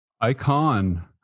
Icon